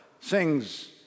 sings